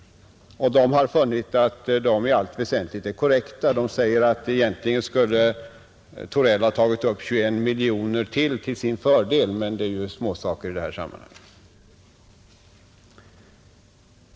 Man har där funnit att de i allt väsentligt är korrekta; egentligen skulle Torell ha tagit upp ytterligare 21 miljoner kronor till sin fördel, men det är ju småsaker i detta sammanhang.